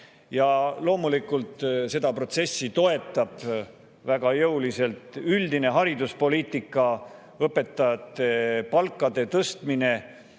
Loomulikult seda protsessi toetab väga jõuliselt üldine hariduspoliitika, õpetajate palga tõstmine,